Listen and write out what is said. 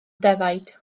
defaid